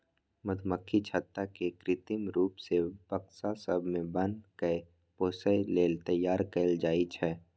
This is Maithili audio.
मधुमक्खी छत्ता केँ कृत्रिम रुप सँ बक्सा सब मे बन्न कए पोसय लेल तैयार कयल जाइ छै